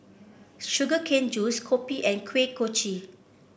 Sugar Cane Juice kopi and Kuih Kochi